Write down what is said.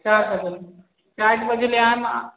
चारि बजलै हन चारि बजलै हम